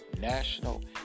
national